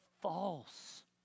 False